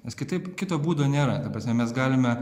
nes kitaip kito būdo nėra ta prasme mes galime